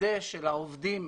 כדי שלעובדים